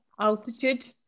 altitude